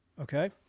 Okay